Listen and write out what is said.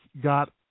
got